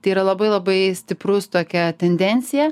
tai yra labai labai stiprus tokia tendencija